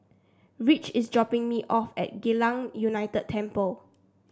Ridge is dropping me off at Geylang United Temple